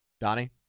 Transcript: Donnie